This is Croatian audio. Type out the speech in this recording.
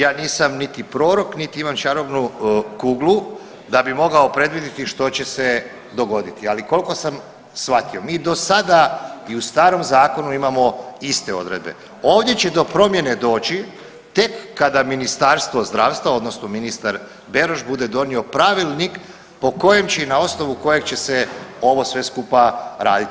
Ja nisam niti prorok niti imam čarobnu kuglu da bi mogao predvidjeti što će se dogoditi, ali koliko sam shvatio mi do sada i u starom zakonu imamo iste odredbe, ovdje će do promjene doći tek kad Ministarstvo zdravstva odnosno ministar Beroš bude donio pravilnik po kojem će i na osnovu kojeg će se ovo sve skupa raditi.